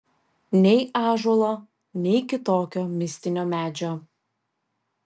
nei ąžuolo nei kitokio mistinio medžio